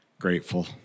Grateful